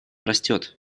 растет